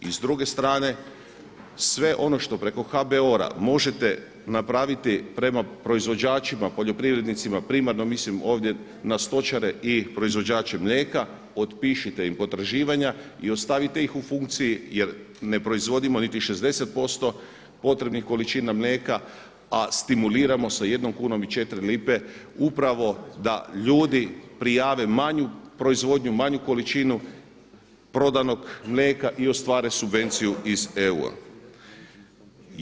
I s druge strane, sve ono što preko HBOR-a možete napraviti prema proizvođačima poljoprivrednicima, primarno mislim ovdje na stočare i proizvođače mlijeka otpišite im potraživanja i ostavite ih u funkciji jer ne proizvodimo niti 60% potrebnih količina mlijeka, a stimuliramo sa jednom kunom i četiri lipe upravo da ljudi prijave manju proizvodnju, manju količinu prodanog mlijeka i ostvare subvenciju iz EU-a.